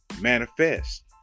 manifest